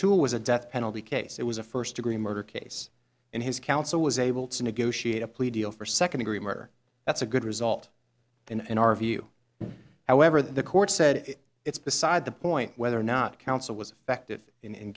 o'toole was a death penalty case it was a first degree murder case and his counsel was able to negotiate a plea deal for second degree murder that's a good result in our view however the court said it's beside the point whether or not counsel was affected in